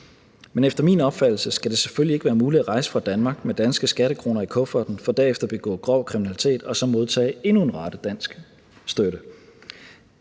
Men efter min opfattelse skal det selvfølgelig ikke være muligt at rejse fra Danmark med danske skattekroner i kufferten for derefter at begå grov kriminalitet og så modtage endnu en rate dansk støtte.